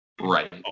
Right